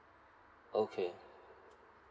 okay